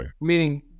Meaning